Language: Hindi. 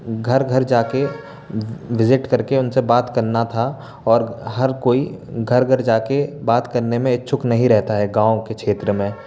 घर घर जाके विजिट करके उनसे बात करना था और हर कोई घर घर जाके बात करने में इच्छुक नहीं रहता है गाँव के क्षेत्र में